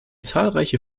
zahlreiche